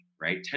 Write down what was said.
right